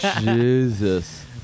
Jesus